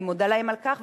אני מודה להם על כך,